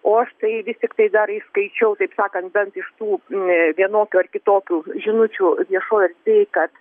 o aš tai vis tiktai dar įskaičiau taip sakant bent iš tų vienokių ar kitokių žinučių viešojoj erdvėj kad